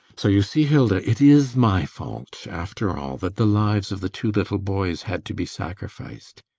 so you see, hilda it is my fault, after all, that the lives of the two little boys had to be sacrificed.